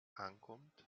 ankommt